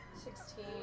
Sixteen